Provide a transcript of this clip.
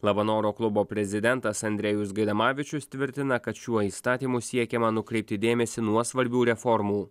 labanoro klubo prezidentas andrejus gaidamavičius tvirtina kad šiuo įstatymu siekiama nukreipti dėmesį nuo svarbių reformų